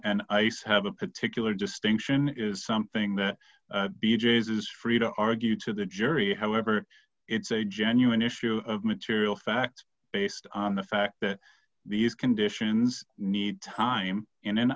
and ice have a particular distinction is something that b j is free to argue to the jury however it's a genuine issue of material fact based on the fact that these conditions need time